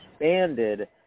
expanded